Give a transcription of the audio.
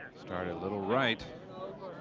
started a little right.